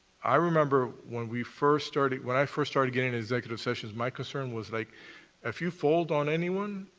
i remember when we first started when i first started getting executive sessions, my concern was like if you fold on anyone,